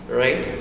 right